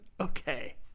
Okay